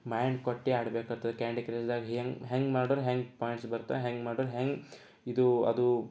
mind ಕೊಟ್ಟು ಆಡಬೇಕಾಗ್ತದೆ candy ಕ್ರಶ್ದಾಗೆ ಹೇಗೆ ಹೇಗೆ ಮಾಡಿರೆ ಹೇಗೆ ಪಾಯಿಂಟ್ಸ್ ಬರ್ತವೆ ಹೇಗೆ ಮಾಡಿರ್ ಹೇಗೆ ಇದು ಅದು